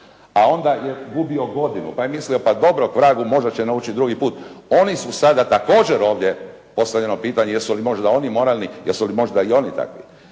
a onda je gubio godinu, pa je mislio dobro k vragu možda će naučiti drugi put, oni su sada također ovdje, postavljam vam pitanje jesu li oni možda moralni, jesu li i oni takvi.